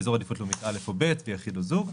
באזור עדיפות לאומית א' או ב' ויחיד או זוג,